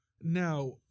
Now